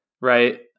right